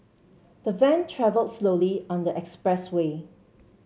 the van travelled slowly on the expressway